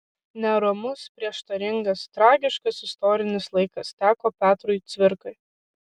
neramus prieštaringas tragiškas istorinis laikas teko petrui cvirkai